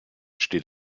steht